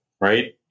right